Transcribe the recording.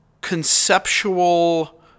conceptual